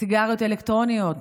סיגריות אלקטרוניות,